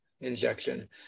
injection